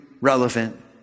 relevant